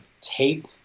tape